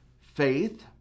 faith